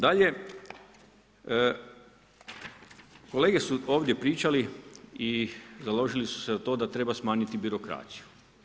Dalje, kolege su ovdje pričali i založili su se za to da treba smanjiti birokraciju.